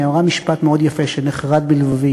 היא אמרה משפט מאוד יפה, שנחרת בלבבי.